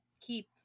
keep